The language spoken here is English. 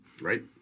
right